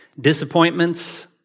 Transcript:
disappointments